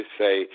say